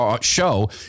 show